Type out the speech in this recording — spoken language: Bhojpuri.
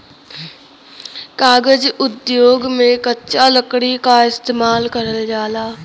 कागज उद्योग में कच्चा लकड़ी क इस्तेमाल करल जाला